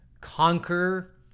conquer